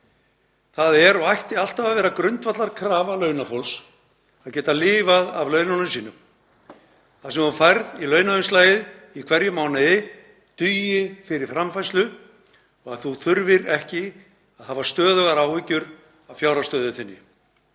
Það er og ætti alltaf að vera grundvallarkrafa launafólks að geta lifað af laununum sínum, að það sem þú færð í launaumslagið í hverjum mánuði dugi fyrir framfærslu og þú þurfir ekki að hafa stöðugar áhyggjur af fjárhagsstöðu þinni.